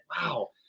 wow